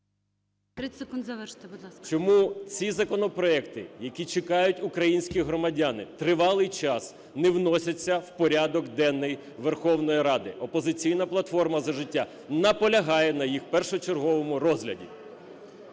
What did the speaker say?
Чому ці законопроекти, які чекають українські громадяни, тривалий час не вносяться в порядок денний Верховної Ради? "Опозиційна платформа – За життя" наполягає на їх першочерговому розгляді.